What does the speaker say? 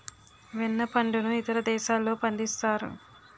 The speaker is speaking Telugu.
వెన్న పండును ఇతర దేశాల్లో పండిస్తారు